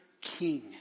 king